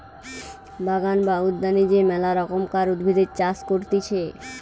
বাগান বা উদ্যানে যে মেলা রকমকার উদ্ভিদের চাষ করতিছে